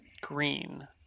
Green